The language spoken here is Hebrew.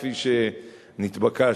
כפי שנתבקשתי.